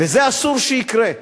ואסור שזה יקרה,